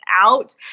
out